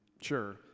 sure